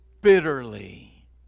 bitterly